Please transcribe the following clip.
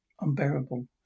Unbearable